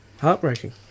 heartbreaking